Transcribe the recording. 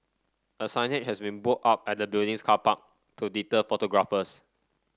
a signage has been put up at the building's car park to deter photographers